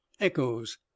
echoes